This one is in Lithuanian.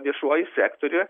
viešuoju sektoriu